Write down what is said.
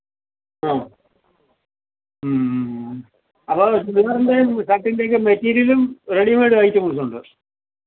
ആഹ് ഉം ഉം ഉം അപ്പം ചുരിദാറിന്റെയും ഷര്ട്ടിന്റെയും മെറ്റീരിയലും റെഡി മേയ്ഡ് ഐറ്റംസുണ്ട്